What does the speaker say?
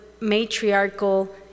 matriarchal